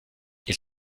ils